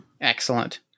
Excellent